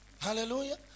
Hallelujah